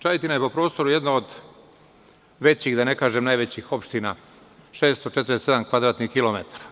Čajetina je po prostoru jedna od većih, da ne kažem najvećih, opština – 647 kvadratnih kilometara.